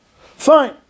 Fine